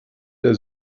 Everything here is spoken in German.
der